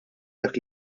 dak